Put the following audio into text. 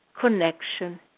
connection